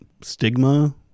stigma